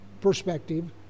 perspective